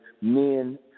men